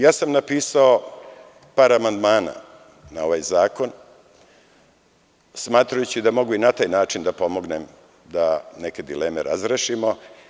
Ja sam napisao par amandmana na ovaj zakon, smatrajući da mogu i na taj način da pomognem da neke dileme razrešimo.